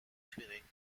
turning